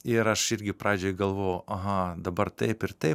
ir aš irgi pradžiai galvojau aha dabar taip ir taip